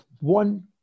one